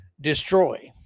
destroy